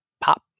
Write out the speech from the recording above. pop